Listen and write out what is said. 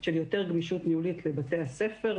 של יותר גמישות ניהולית לבתי הספר,